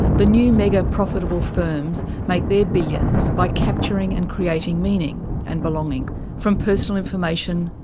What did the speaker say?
the new mega profitable firms make their billions by capturing and creating meaning and belonging from personal information,